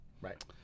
Right